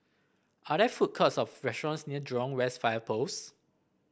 are there food courts or restaurants near Jurong West Fire Post